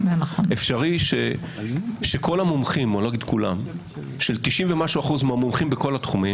אפשרי שיותר מ-90% מהמומחים בכל התחומים